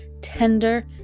tender